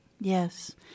Yes